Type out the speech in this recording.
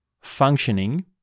functioning